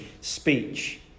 speech